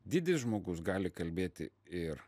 didis žmogus gali kalbėti ir